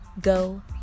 go